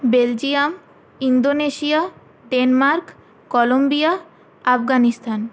Belgium Indonesia Denmark Colombia Afghanistan